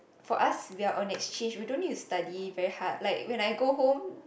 for us we are on exchange we don't need to study very hard like when I go home